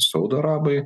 saudo arabai